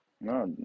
no